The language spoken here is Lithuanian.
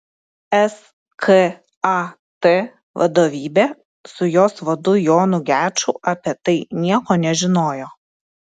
skat vadovybė su jos vadu jonu geču apie tai nieko nežinojo